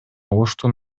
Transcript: оштун